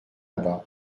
bas